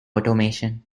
automation